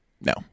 No